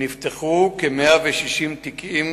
נפתחו כ-160 תיקים